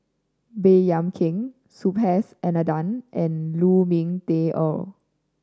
Baey Yam Keng Subhas Anandan and Lu Ming Teh Earl